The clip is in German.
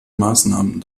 maßnahmen